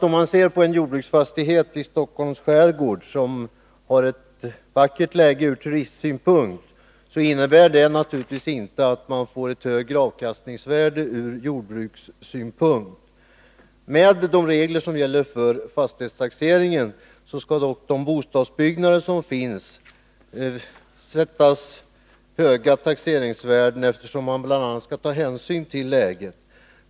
Om en jordbruksfastighet i Stockholms skärgård har ett vackert läge ur turistsynpunkt innebär det naturligtvis inte att fastigheten har ett högre avkastningsvärde ur jordbrukssynpunkt. Med de regler som gäller för fastighetstaxeringen skall dock de bostadsbyggnader som finns åsättas höga taxeringsvärden, eftersom man bl.a. skall ta hänsyn till läget.